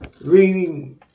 reading